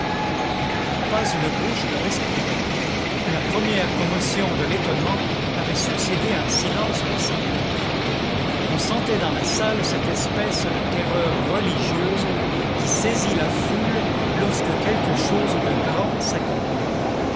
pas une bouche ne respirait à la première commotion de l'étonnement avait succédé un silence de sépulcre on sentait dans la salle cette espèce de terreur religieuse qui saisit la foule lorsque quelque chose de grand s'accomplit